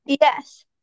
Yes